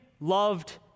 loved